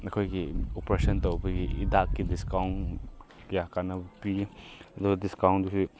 ꯑꯩꯈꯣꯏꯒꯤ ꯑꯣꯄꯔꯦꯁꯟ ꯇꯧꯕꯒꯤ ꯍꯤꯗꯥꯛꯀꯤ ꯗꯤꯁꯀꯥꯎꯟ ꯀꯌꯥ ꯀꯥꯟꯅꯕ ꯄꯤ ꯑꯗꯨꯒ ꯗꯤꯁꯀꯥꯎꯟꯗꯁꯨ